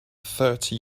thirty